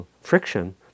friction